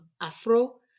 Afro